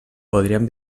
podríem